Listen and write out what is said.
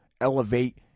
elevate